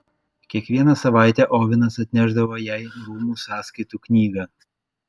kiekvieną savaitę ovenas atnešdavo jai rūmų sąskaitų knygą